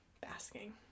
Basking